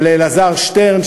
ולאלעזר שטרן,